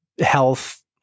health